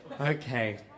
Okay